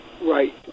Right